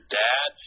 dad